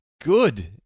good